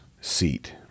seat